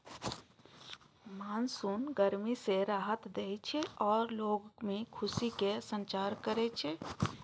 monsoon गर्मी सं राहत दै छै आ लोग मे खुशीक संचार करै छै